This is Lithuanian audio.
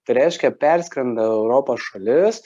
tai reiškia perskrenda europos šalis